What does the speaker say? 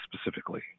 specifically